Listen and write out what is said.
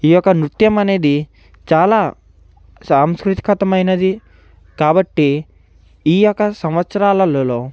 ఈ యొక్క నృత్యం అనేది చాలా సాంసృతికతమైనది కాబట్టి ఈ యొక్క సంవత్సరాలలలో